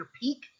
peak